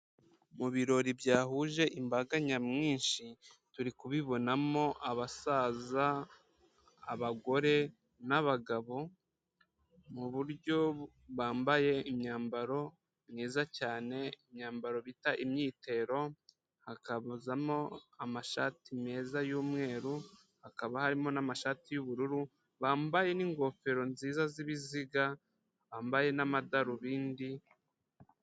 Mu birori byahuje imbaga nyamwinshi, turi kubibonamo abasaza, abagore, n'abagabo mu buryo bambaye imyambaro myiza cyane imyambaro bita imyitero, hakazamo amashati meza y'umweru hakaba harimo n'amashati y'ubururu, bambaye n'ingofero nziza z'ibiziga bambaye n'amadarubindi...